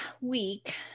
week